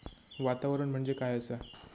वातावरण म्हणजे काय असा?